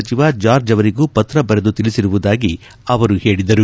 ಸಚವ ಜಾರ್ಜ್ ಅವರಿಗೂ ಪತ್ರ ಬರೆದು ತಿಳಿಸಿರುವುದಾಗಿ ಅವರು ಹೇಳಿದರು